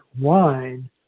wine